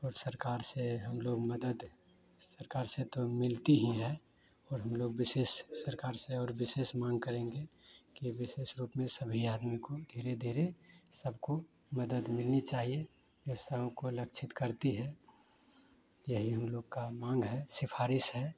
और सरकार से हम लोग मदद सरकार से तो मिलती ही है और हम लोग विशेष सरकार से और विशेष माँग करेंगे कि विशेष रूप में सभी आदमी को धीरे धीरे सबको मदद मिलनी चाहिए ये सब उनको लक्षित करती है यही हम लोग का माँग है सिफारिश है